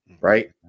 Right